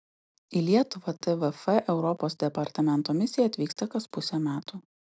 į lietuvą tvf europos departamento misija atvyksta kas pusę metų